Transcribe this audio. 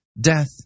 Death